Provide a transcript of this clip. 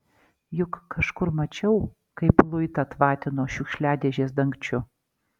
juk kažkur mačiau kaip luitą tvatino šiukšliadėžės dangčiu